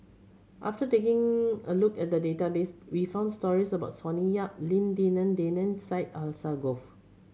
after taking a look at the database we found stories about Sonny Yap Lim Denan Denon Syed Alsagoff